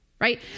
Right